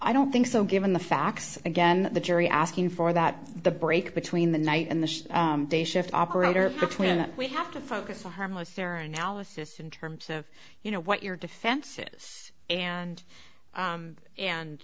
i don't think so given the facts again the jury asking for that the break between the night and the day shift operator between we have to focus on harmless error analysis in terms of you know what you're defensive and